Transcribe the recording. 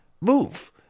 move